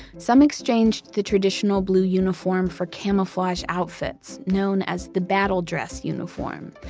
some exchanged the traditional blue uniform for camouflage outfits known as the battle dress uniform.